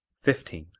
fifteen.